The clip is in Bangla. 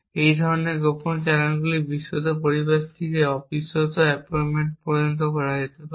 এই ধরনের গোপন চ্যানেলগুলি বিশ্বস্ত পরিবেশ থেকে অবিশ্বস্ত অ্যাপয়েন্টমেন্ট পর্যন্ত করা যেতে পারে